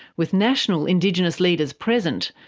with national indigenous leaders present,